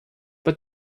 but